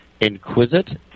Inquisit